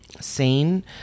Sane